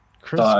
Chris